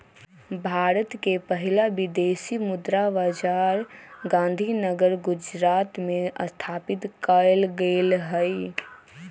भारत के पहिला विदेशी मुद्रा बाजार गांधीनगर गुजरात में स्थापित कएल गेल हइ